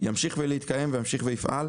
ימשיך להתקיים וימשיך לפעול,